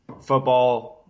football